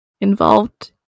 involved